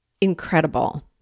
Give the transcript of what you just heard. incredible